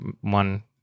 one